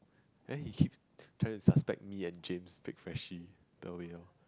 then he keeps trying to suspect me and James fake Freshies the way orh